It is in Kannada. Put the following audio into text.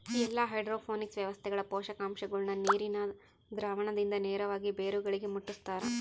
ಎಲ್ಲಾ ಹೈಡ್ರೋಪೋನಿಕ್ಸ್ ವ್ಯವಸ್ಥೆಗಳ ಪೋಷಕಾಂಶಗುಳ್ನ ನೀರಿನ ದ್ರಾವಣದಿಂದ ನೇರವಾಗಿ ಬೇರುಗಳಿಗೆ ಮುಟ್ಟುಸ್ತಾರ